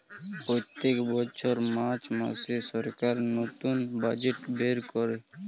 প্রত্যেক বছর মার্চ মাসে সরকার নতুন বাজেট বের করে